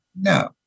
no